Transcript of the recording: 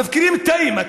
מפקירים את האימא,